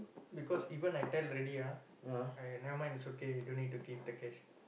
because even I tell already ah !aiya! never mind is okay don't need to give the cash